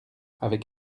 avec